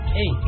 Hey